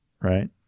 right